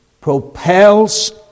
propels